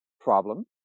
problem